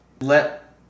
Let